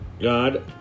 God